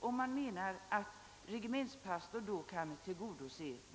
genom medverkan av regementspastor.